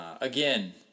Again